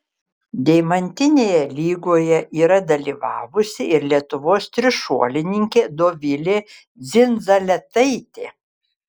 deimantinėje lygoje yra dalyvavusi ir lietuvos trišuolininkė dovilė dzindzaletaitė